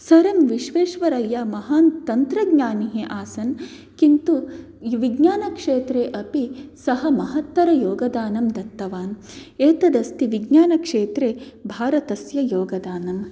सरं विश्वेश्वरय्या महान् तन्त्रज्ञानिः आसन् किन्तु विज्ञानक्षेत्रे अपि सः महत्तरयोगदानं दत्तवान् एतदस्ति विज्ञानक्षेत्रे भारतस्य योगदानम्